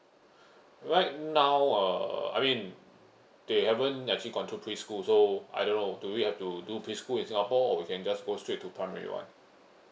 right now uh I mean they haven't actually gone to preschool so I don't know do we have to do preschool in singapore or we can just go straight to primary one